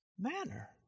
manner